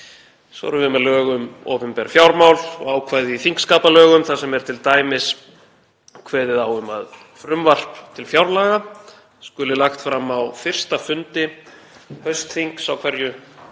Svo erum við með lög um opinber fjármál og ákvæði í þingskapalögum þar sem er t.d. kveðið á um að frumvarp til fjárlaga skuli lagt fram á fyrsta fundi haustþings á hverju